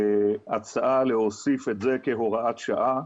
להצעה להוסיף את זה כהוראת שעה.